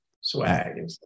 swag